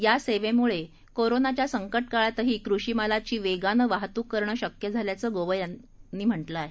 या सेवेमुळे कोरोनाच्या संकटकाळातही कृषी मालाची वेगानं वाहतूक करणं शक्य झाल्याचं गोयल यांनी म्हटलं आहे